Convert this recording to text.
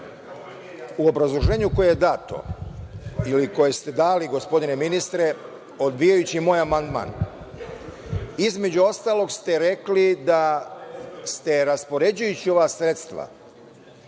U obrazloženju koje je dato ili koje ste dali, gospodine ministre, odbijajući moj amandman, između ostalog, rekli ste da ste raspoređujući ova sredstva